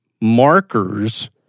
markers